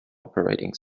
operating